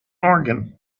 organ